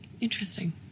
Interesting